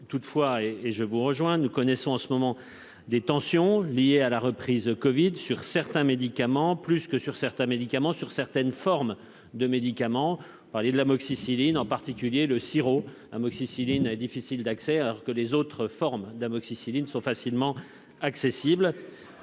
toutefois et et je vous rejoins nous connaissons en ce moment des tensions liées à la reprise covid sur certains médicaments, plus que sur certains médicaments sur certaines formes de médicaments par les de l'Amoxicilline, en particulier le sirop Amoxicilline et difficile d'accès, alors que les autres formes d'amoxicilline sont facilement accessibles,